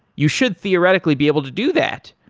you should theoretically be able to do that,